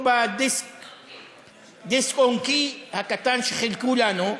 או בדיסק-און-קי הקטן שחילקו לנו,